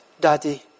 Daddy